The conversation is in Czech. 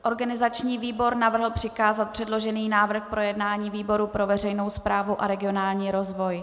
Organizační výbor navrhl přikázat předložený návrh k projednání výboru pro veřejnou správu a regionální rozvoj.